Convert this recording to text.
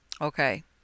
Okay